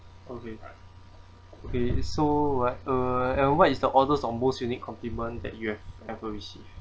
okay okay so what uh evan what is the oddest or most unique compliment that you have ever receive